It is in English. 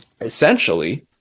essentially